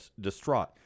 distraught